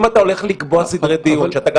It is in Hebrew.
אם אתה הולך לקבוע סדרי דיון שאתה גם